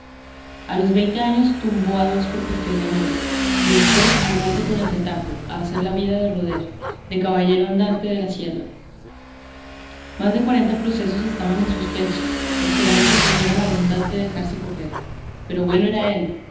a los veinte años tumbó a dos por cuestión de amores y después al monte con el retaco a hacer la vida de roder de caballero andante de la sierra más de cuarenta procesos estaban en suspenso esperando que tuviera la bondad de dejarse coger pero bueno era él